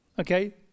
Okay